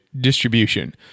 distribution